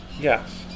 Yes